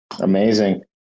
Amazing